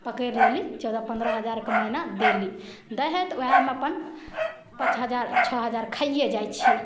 पकड़ि लेली चौदह पनरह हजारके महिना देली दै हइ तऽ वएहमे अपन पाँच हजार छओ हजार खाइए जाइ छिए